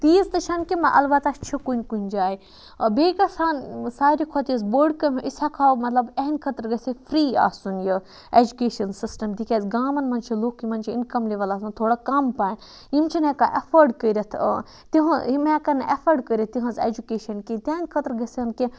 تیٖژ تہِ چھَنہ اَلبتہ چھُ کُنہِ کُنہِ جایہِ بیٚیہِ گَژھ ہَن ساروٕے کھۄتہٕ یُس بوٚڑ أسۍ ہیٚکہَو مَطلَب یِہِنٛد خٲطرٕ گَژھہ ہا فری آسُن یہِ ایٚجُکیشَن سِسٹَم تکیازِ گامَن مَنٛز چھِ لُکھ یِمَن چھ اِنکَم لیوَل آسان تھوڑا کم پَہَن یِم چھِن ہیٚکان ایٚفٲڈ کٔرِتھ تُہُنٛد یِم ہیٚکَن نہٕ ایٚفٲڈ کٔرِتھ تِہٕنٛز ایٚجُکیشَن کِہِینۍ تِہٕنٛد خٲطرٕ گَژھَن کینٛہہ